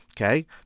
Okay